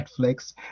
Netflix